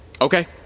Okay